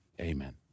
amen